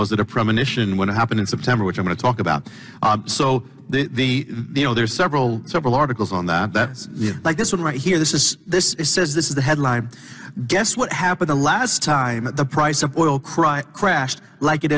was it a premonition when it happened in september we're going to talk about so the you know there's several several articles on that like this one right here this is this is says this is the headline guess what happened the last time the price of oil cry crashed like it